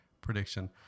prediction